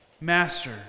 Master